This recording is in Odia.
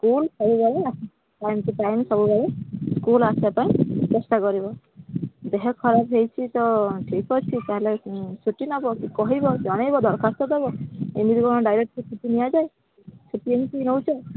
ସ୍କୁଲ ସବୁବେଳେ ଟାଇମ୍ ଟୁ ଟାଇମ୍ ସବୁବେଳେ ସ୍କୁଲ ଆସିବା ପାଇଁ ଚେଷ୍ଟା କରିବ ଦେହ ଖରାପ ହେଇଛି ତ ଠିକ୍ ଅଛି ତା'ହେଲେ ଛୁଟି ନେବ କହିବ ଜଣାଇବ ଦରଖାସ୍ତ ଦେବ ଏମିତି କ'ଣ ଡାଇରେକ୍ଟ ଛୁଟି ନିଆଯାଏ ଛୁଟି ଏମିତି ନେଉଛ